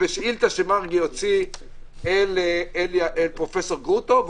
לשאילתה שמרגי הוציא לפרופ' גרוטו.